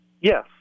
Yes